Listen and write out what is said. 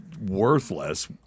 worthless